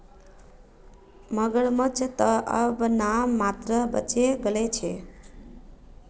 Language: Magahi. मगरमच्छ त अब नाम मात्रेर बचे गेल छ